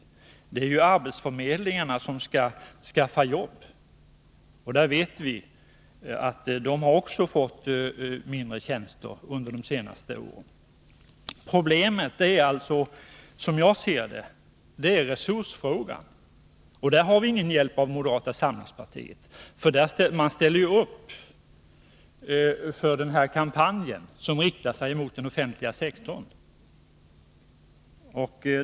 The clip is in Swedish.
Det är ju arbetsförmedlingarna som skall skaffa jobb, och vi vet att de har fått mindre antal tjänster under de senaste åren. Som jag ser det är problemet resursfrågan. Och där har vi ingen hjälp av moderaterna — ni ställer ju upp för den här kampanjen, som riktar sig mot den offentliga sektorn.